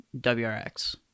wrx